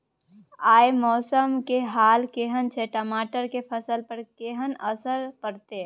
आय मौसम के हाल केहन छै टमाटर के फसल पर केहन असर परतै?